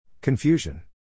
Confusion